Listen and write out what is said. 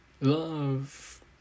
Love